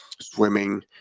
swimming